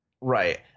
Right